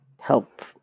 help